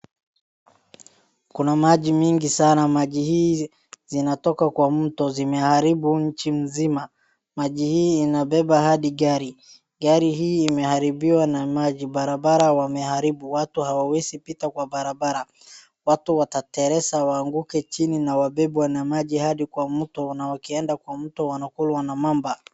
Kuna maji mingi sana. Maji hii zinatoka kwa mto, zimeharibu maji mzima. Maji hii inabeba hadi gari. Gari imeharibiwa na maji . Barabara wameharibu, watu hawawezi pita kwa barabara, watu wateteleza waanguke chini na wabebwe na maji hadi kwa mto na wakienda kwa mto wanakulwa na mamba.